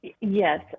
Yes